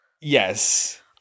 Yes